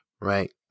Right